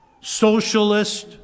socialist